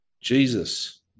Jesus